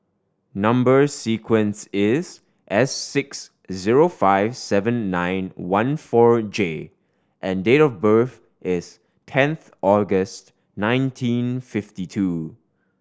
number sequence is S six zero five seven nine one four J and date of birth is tenth August nineteen fifty two